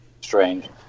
Strange